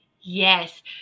Yes